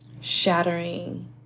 shattering